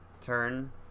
turn